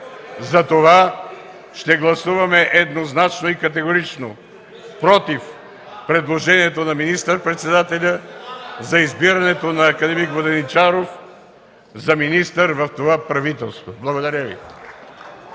Затова ще гласуваме еднозначно и категорично „против” предложението на министър председателя за избирането на акад. Воденичаров за министър в това правителство. Благодаря Ви.